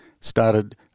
started